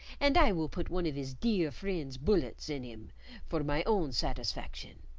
and i will put one of is dear friend's bullets in im for my own satisfaction.